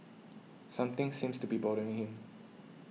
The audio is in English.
something seems to be bothering him